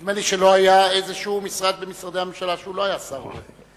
נדמה לי שלא היה משרד במשרדי הממשלה שהוא לא היה שר בו,